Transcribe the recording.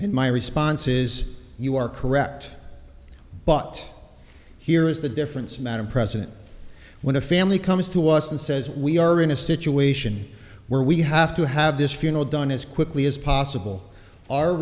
and my response is you are correct but here is the difference madam president when a family comes to us and says we are in a situation where we have to have this funeral done as quickly as possible